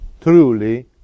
truly